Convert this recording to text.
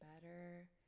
better